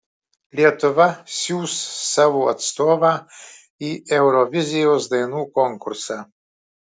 lietuva siųs savo atstovą į eurovizijos dainų konkursą